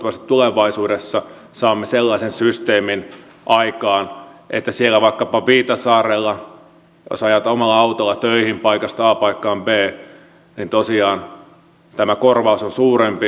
toivottavasti tulevaisuudessa saamme sellaisen systeemin aikaan että jos vaikkapa siellä viitasaarella ajat omalla autolla töihin paikasta a paikkaan b niin tosiaan tämä korvaus on suurempi